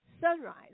sunrise